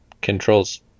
controls